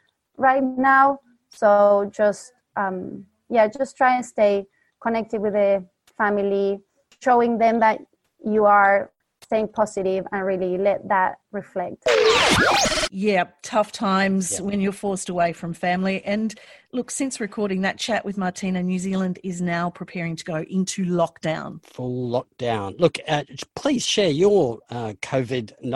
right now. So just, um, yeah, just try and stay connected with the family, showing them that you are staying positive and really let that reflect. Yep, tough times Yeah. when you're forced away from family. And look, since recording that chat with Martina, New Zealand is now preparing to go into lockdown. Full lockdown. Look, uh, j- please share your, uh, COVID-19